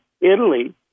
Italy